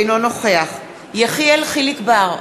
אינו נוכח יחיאל חיליק בר,